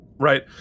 Right